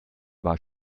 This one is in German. war